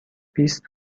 بیست